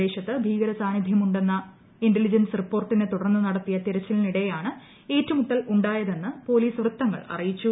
പ്രദേശത്ത് ഭീകര സാന്നിധ്യമുണ്ടെന്ന ഇന്റലിജൻസ് റിപ്പോർട്ടിനെ തുടർന്ന് നടത്തിയ തിരച്ചിലിനിടെയാണ് ഏറ്റുമുട്ടൽ ഉണ്ടായതെന്ന് പോലീസ് വൃത്തങ്ങൾ അറിയിച്ചു